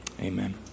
amen